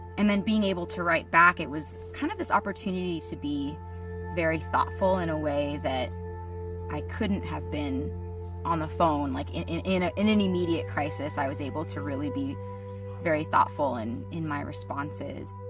and then being able to write back, it was kind of this opportunity to be very thoughtful in a way that i couldn't have been on the phone, like in, in ah in an immediate crisis. i was able to really be very thoughtful in, in my responses.